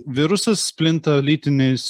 virusas plinta lytiniais